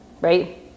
right